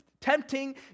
tempting